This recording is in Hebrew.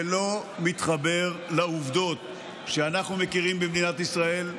זה לא מתחבר לעובדות שאנחנו מכירים במדינת ישראל,